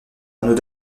anneau